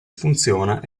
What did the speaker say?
funziona